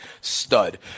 stud